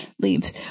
leaves